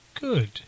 good